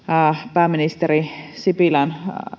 pääministeri sipilän